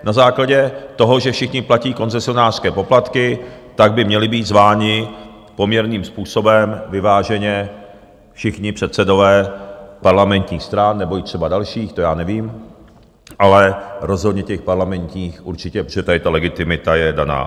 Na základě toho, že všichni platí koncesionářské poplatky, tak by měli být zváni poměrným způsobem vyváženě všichni předsedové parlamentních stran nebo i třeba dalších, to já nevím, ale rozhodně těch parlamentních určitě, protože tady ta legitimita je daná.